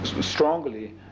strongly